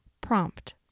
Prompt